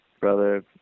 brother